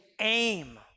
aim